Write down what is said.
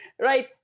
right